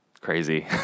crazy